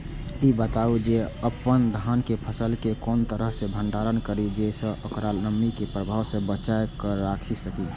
ई बताऊ जे अपन धान के फसल केय कोन तरह सं भंडारण करि जेय सं ओकरा नमी के प्रभाव सं बचा कय राखि सकी?